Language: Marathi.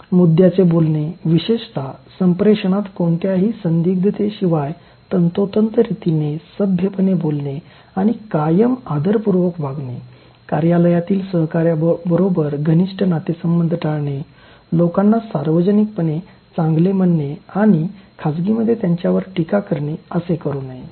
मुद्द्यांचे बोलणे विशेषत संप्रेषणात कोणत्याही संदिग्धतेशिवाय तंतोतंत रीतीने सभ्यपणे बोलणे आणि कायम आदरपूर्वक वागणे कार्यालयातील सहकाऱ्याबरोबर घनिष्ठ नातेसंबंध टाळणे लोकांना सार्वजनिकपणे चांगले म्हणणे आणि खाजगीमध्ये त्यांच्यावर टीका करणे असे करू नये